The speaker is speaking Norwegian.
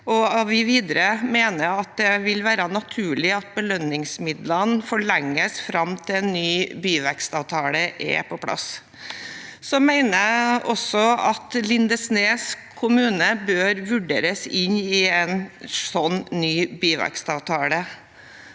videre at det vil være naturlig at belønningsmidlene forlenges fram til en ny byvekstavtale er på plass. Jeg mener også at Lindesnes kommune bør vurderes inn i en slik ny byvekstavtale.